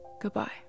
Goodbye